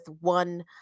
one